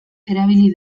erabili